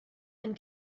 ein